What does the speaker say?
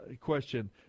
question